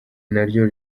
naryo